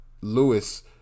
Lewis